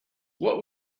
what